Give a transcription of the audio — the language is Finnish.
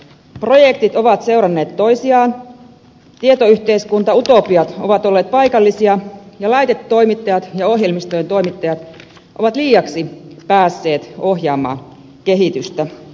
projektit ovat seuranneet toisiaan tietoyhteiskuntautopiat ovat olleet paikallisia ja laitetoimittajat ja ohjelmistojen toimittajat ovat liiaksi päässeet ohjaamaan kehitystä